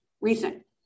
recent